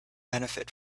benefit